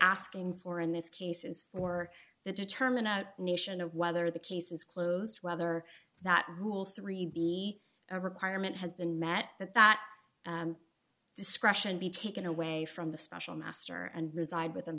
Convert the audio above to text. asking for in this case is for the determine a nation of whether the case is closed whether that rule three be a requirement has been met that that discretion be taken away from the special master and reside within